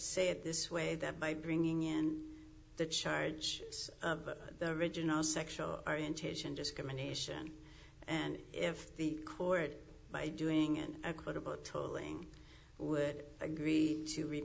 say it this way that by bringing in the charge of the original sexual orientation discrimination and if the court by doing an equitable tolling would agree to read